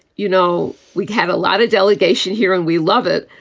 you know, we have a lot of delegation here and we love it.